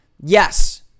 Yes